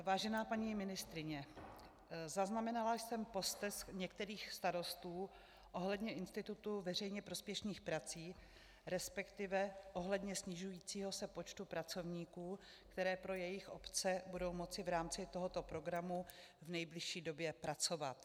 Vážená paní ministryně, zaznamenala jsem postesk některých starostů ohledně institutu veřejně prospěšných prací, resp. ohledně snižujícího se počtu pracovníků, kteří pro jejich obce budou moci v rámci tohoto programu v nejbližší době pracovat.